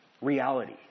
reality